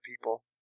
people